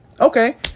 okay